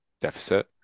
deficit